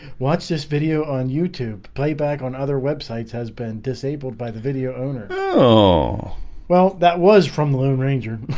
watch this video on youtube playback on other web sites has been disabled by the video owner. oh well that was from lone ranger,